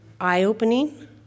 eye-opening